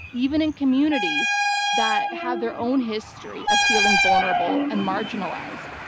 even in communities that have their own history of feeling vulnerable and marginalized.